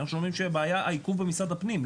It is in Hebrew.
אנחנו שומעים שהעיכוב הוא דווקא במשרד הפנים,